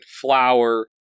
flour